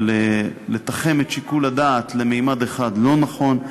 אבל לתחם את שיקול הדעת לממד אחד, לא נכון.